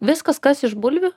viskas kas iš bulvių